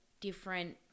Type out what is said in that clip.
different